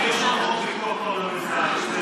יש פיקוח פרלמנטרי, זה,